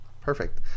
Perfect